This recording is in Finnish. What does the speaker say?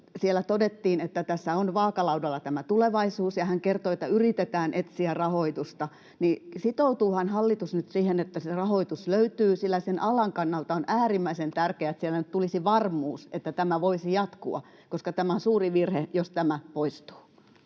siellä todettiin, että tässä on vaakalaudalla tämä tulevaisuus, ja hän kertoi, että yritetään etsiä rahoitusta. Sitoutuuhan hallitus nyt siihen, että se rahoitus löytyy, sillä sen alan kannalta on äärimmäisen tärkeää, että siellä nyt tulisi varmuus, että tämä voisi jatkua? Tämä on suuri virhe, jos tämä poistuu.